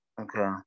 okay